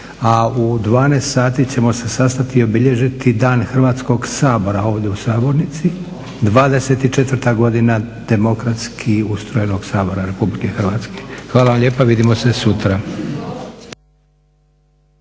a u 12 sati ćemo se sastati i obilježiti Dan Hrvatskog sabora ovdje u sabornici, 24 godina demokratski ustrojenog Sabora Republike Hrvatske. Hvala vam lijepa. Vidimo se sutra.